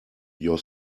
your